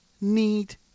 need